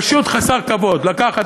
פשוט חסר כבוד: לקחת,